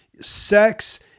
Sex